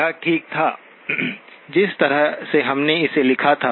यह ठीक था जिस तरह से हमने इसे लिखा था